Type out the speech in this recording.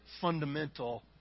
fundamental